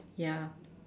ya